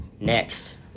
Next